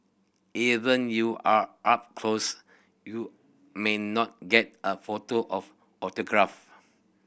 even you are up close you may not get a photo of autograph